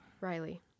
Riley